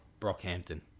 Brockhampton